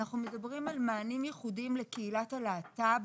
אנחנו מדברים על מענים ייחודיים לקהילת הלהט"ב,